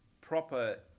proper